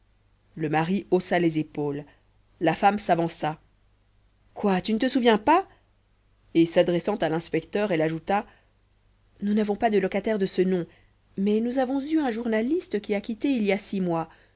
le mari haussa les épaules la femme s'avança quoi tu ne te souviens pas et s'adressant à l'inspecteur elle ajouta nous n'avons pas de locataire de ce nom mais nous avons eu un journaliste qui a quitté il y a six mois